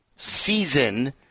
season